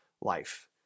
life